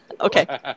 Okay